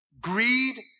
Greed